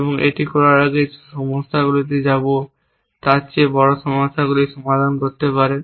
এবং এটি অবশ্যই আগে যে সমস্যাগুলিতে যাব তার চেয়ে বড় সমস্যাগুলি সমাধান করতে পারে